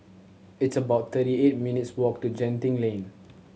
it's about thirty eight minutes' walk to Genting Lane